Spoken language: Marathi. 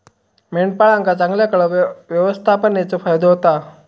मेंढपाळांका चांगल्या कळप व्यवस्थापनेचो फायदो होता